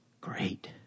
Great